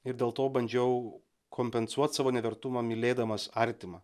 ir dėl to bandžiau kompensuot savo nevertumą mylėdamas artimą